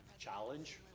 challenge